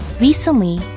Recently